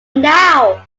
now